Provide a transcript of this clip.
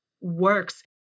works